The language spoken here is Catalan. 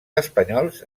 espanyols